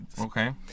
okay